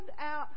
out